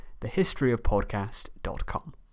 thehistoryofpodcast.com